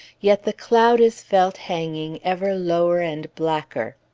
yet the cloud is felt hanging ever lower and blacker.